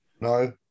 No